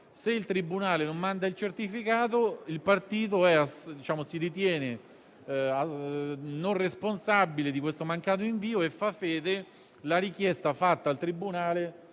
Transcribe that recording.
Se il tribunale non manda il certificato, il partito si ritiene non responsabile di questo mancato invio e fa fede la richiesta fatta al tribunale